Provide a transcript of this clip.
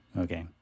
okay